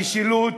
המשילות,